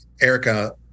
Erica